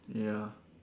ya